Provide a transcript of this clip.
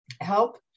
help